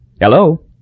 Hello